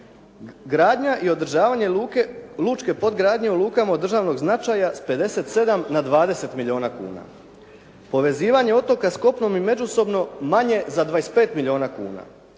gradnja i održavanje luke, lučke podgradnje u lukama od državnog značaja s 57 na 20 milijuna kuna. Povezivanje otoka s kopnom i međusobno manje za 25 milijuna kuna.